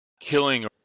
Killing